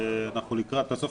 אנחנו לקראת הסוף,